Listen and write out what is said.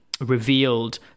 revealed